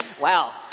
Wow